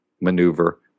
maneuver